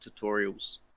tutorials